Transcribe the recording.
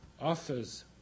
offers